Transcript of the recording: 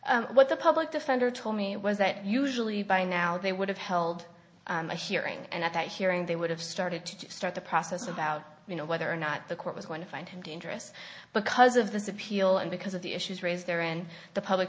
what the public defender told me was that usually by now they would have held a hearing and at that hearing they would have started to start the process about you know whether or not the court was going to find him dangerous because of this appeal and because of the issues raised there and the public